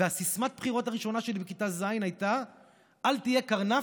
וסיסמת הבחירות הראשונה של כיתה ז' הייתה "אל תהיה קרנף,